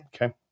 okay